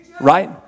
right